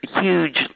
huge